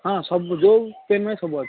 ହଁ ସବୁ ଯେଉଁ ପେନ୍ ନେ ସବୁ ଅଛି